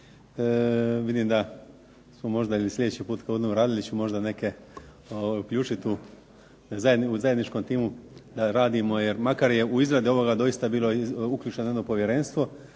Vidim da smo možda ili sljedeći put kad budemo radili ćemo možda neke uključit u zajedničkom timu da radimo jer makar je u izradi ovoga doista bilo uključeno jedno povjerenstvo